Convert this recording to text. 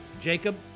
Jacob –